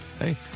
Hey